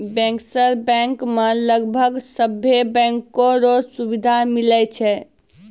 bankers bank मे लगभग सभे बैंको रो सुविधा मिलै छै